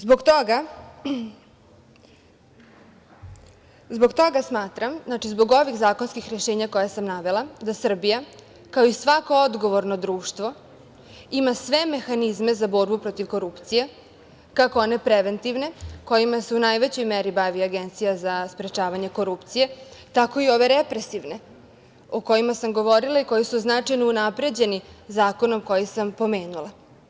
Zbog toga smatram, znači zbog ovih zakonskih rešenja koja sam navela, da Srbija, kao i svako odgovorno društvo, ima sve mehanizme za borbu protiv korupcije, kako one preventivne, kojima se u najvećoj meri bavi Agencija za sprečavanje korupcije, tako i ove represivne, o kojima sam govorila i koje su značajno unapređene zakonom koji sam pomenula.